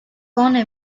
gone